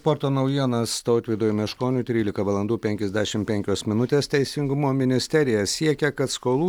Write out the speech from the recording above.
sporto naujienas tautvydui meškoniui trylika valandų penkiasdešim penkios minutės teisingumo ministerija siekia kad skolų